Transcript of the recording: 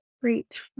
great